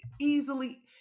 easily